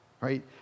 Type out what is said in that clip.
Right